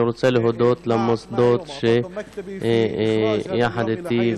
אני רוצה להודות למוסדות על השתתפותם בהצלחת היום הזה